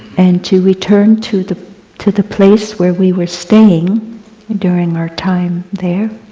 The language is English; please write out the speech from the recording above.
and to return to the to the place where we were staying during our time there,